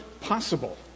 possible